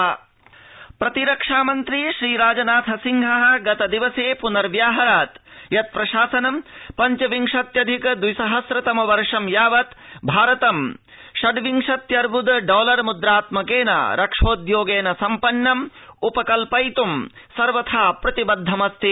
राजनाथ थाईलैण्डम् प्रतिरक्षा मन्त्री श्रीराजनाथ सिंह गतदिवसे पुनर्व्याहरत् यत् प्रशासनं पञ्च विंशत्यधिक द्विसहस्र तम वर्ष यावद् भारत षड्विंशत्यर्बुद डॉलर मुद्रात्मकेन रक्षोद्योगेन सम्पन्नम्पकत्पथित् सर्वथा प्रतिबद्धमस्ति